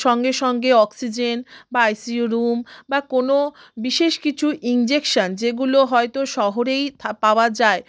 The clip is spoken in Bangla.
সঙ্গে সঙ্গে অক্সিজেন বা আইসিইউ রুম বা কোনো বিশেষ কিছু ইনজেকশান যেগুলো হয়তো শহরেই থা পাওয়া যায়